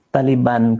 Taliban